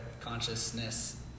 consciousness